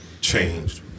changed